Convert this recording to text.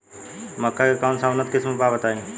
मक्का के कौन सा उन्नत किस्म बा बताई?